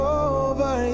over